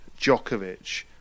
Djokovic